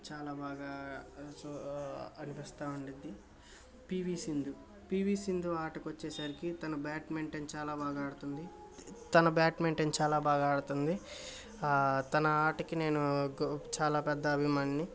చాలా బాగా అనిపిస్తూ ఉండుద్ది P V Sindhu P V Sindhu ఆటకి వచ్చేసరికి తను బ్యాడ్మింటన్ చాలా బాగా ఆడుతుంది తను బ్యాడ్మింటన్ చాలా బాగా ఆడుతుంది తన ఆటకి నేను గొ చాలా పెద్ధ అభిమానిని